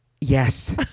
Yes